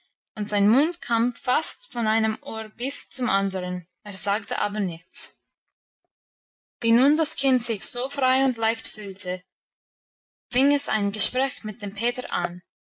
und sein mund kam fast von einem ohr bis zum anderen er sagte aber nichts wie nun das kind sich so frei und leicht fühlte fing es ein gespräch mit dem peter an